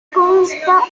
consta